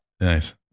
Nice